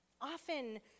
Often